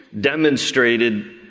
demonstrated